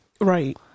right